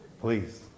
please